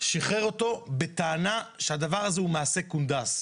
שחרר אותו בטענה שהדבר הזה הוא מעשה קונדס,